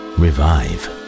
revive